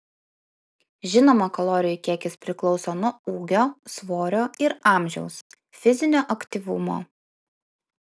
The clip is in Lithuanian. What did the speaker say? žinoma kalorijų kiekis priklauso nuo ūgio svorio ir amžiaus fizinio aktyvumo